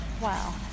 Wow